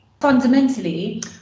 fundamentally